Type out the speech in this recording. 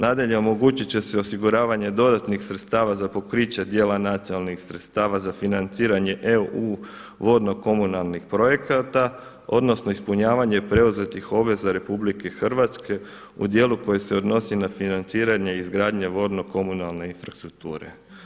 Nadalje, omogućit će se osiguravanje dodatnih sredstava za pokriće dijela nacionalnih sredstava za financiranje EU vodnokomunalnih projekata odnosno ispunjavanje preuzetih obveza Republike Hrvatske u dijelu koji se odnosi na financiranje izgradnje vodnokomunalne infrastrukture.